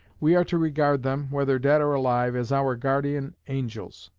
we are to regard them, whether dead or alive, as our guardian angels,